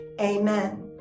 amen